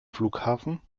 flughafen